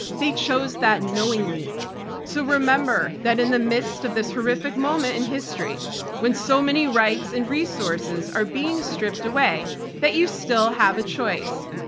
they chose that knowingly so remember that in the midst of this horrific moment in history when so many rights and resources are being stripped away that you still have a choice.